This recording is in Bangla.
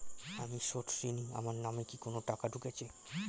আমি স্রোতস্বিনী, আমার নামে কি কোনো টাকা ঢুকেছে?